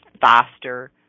faster